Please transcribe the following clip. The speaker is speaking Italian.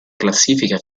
classifica